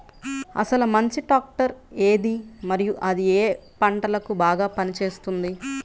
అసలు మంచి ట్రాక్టర్ ఏది మరియు అది ఏ ఏ పంటలకు బాగా పని చేస్తుంది?